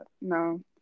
No